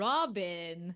Robin